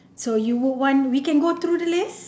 so you will want we can go through the list